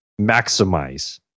maximize